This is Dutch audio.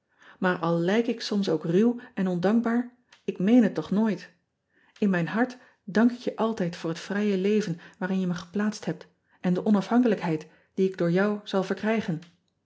aar al lijk ik soms ook ruw en ondankbaar ik meen het toch nooit n mijn hart dank ik je altijd voor het vrije leven waarin je me geplaatst hebt en de onafhankelijkheid die ik door jou zal verkrijgen